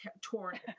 torn